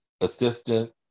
assistant